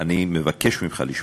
אני מבקש ממך לשמוע: